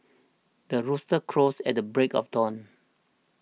the rooster crows at the break of dawn